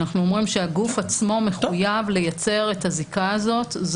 אנחנו אומרים שהגוף עצמו מחויב לייצר את הזיקה הזאת.